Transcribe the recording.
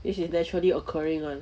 this is naturally occurring one